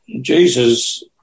Jesus